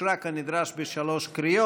נתקבל.